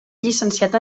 llicenciat